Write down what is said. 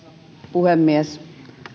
puhemies